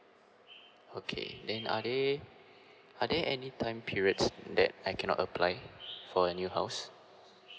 okay then are they are there any time periods that I cannot apply for a new house